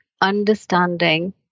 understanding